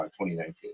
2019